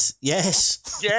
Yes